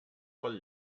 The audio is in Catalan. pel